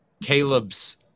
Caleb's